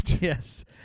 yes